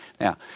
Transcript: Now